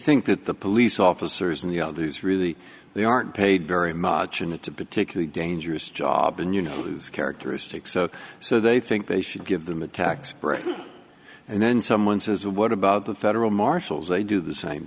think that the police officers and the others really they aren't paid very much and to particularly dangerous job and you know whose characteristics so they think they should give them a tax break and then someone says what about the federal marshals they do the same